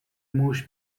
موش